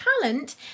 talent